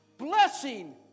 blessing